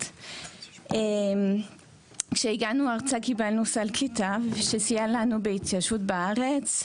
ובשעתיים האלה היא למדה עברית.